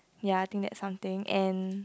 ya I think that something and